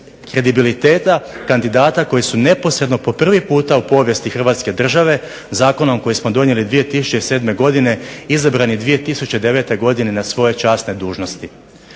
kredibiliteta kandidata koji su neposredno po prvi puta u povijesti Hrvatske države zakonom koji smo donijeli 2007. godine izabrani 2009. godine na svoje časne dužnosti.